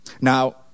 Now